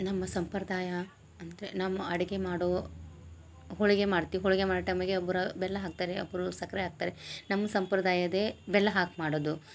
ನಮ್ಮ ಸಂಪ್ರದಾಯ ಅಂದರೆ ನಮ್ಮ ಅಡ್ಗಿ ಮಾಡೋ ಹೋಳಿಗೆ ಮಾಡ್ತೀವಿ ಹೋಳಿಗೆ ಮಾಡ ಟೈಮಿಗೆ ಒಬ್ಬರ ಬೆಲ್ಲ ಹಾಕ್ತಾರೆ ಒಬ್ಬರು ಸಕ್ಕರೆ ಹಾಕ್ತಾರೆ ನಮ್ಮ ಸಂಪ್ರದಾಯದೇ ಬೆಲ್ಲ ಹಾಕಿ ಮಾಡದು